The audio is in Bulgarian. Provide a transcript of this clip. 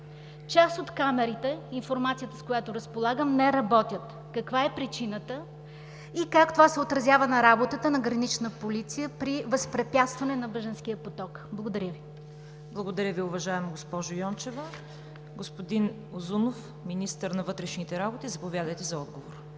Част от камерите – информацията, с която разполагам, е, че не работят. Каква е причината? Как това се отразява на работата на Гранична полиция при възпрепятстване на бежанския поток? Благодаря Ви. ПРЕДСЕДАТЕЛ ЦВЕТА КАРАЯНЧЕВА: Благодаря Ви, уважаема госпожо Йончева. Господин Узунов – министър на вътрешните работи, заповядайте за отговор.